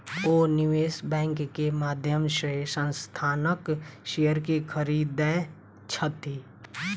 ओ निवेश बैंक के माध्यम से संस्थानक शेयर के खरीदै छथि